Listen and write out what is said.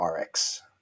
Rx